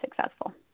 successful